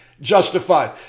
justified